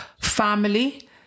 family